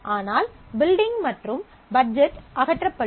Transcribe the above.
ஆனால் பில்டிங் மற்றும் பட்ஜெட் அகற்றப்படும்